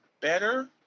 better